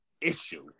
issue